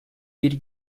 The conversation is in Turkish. bir